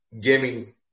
gaming